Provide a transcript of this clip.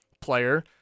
player